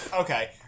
Okay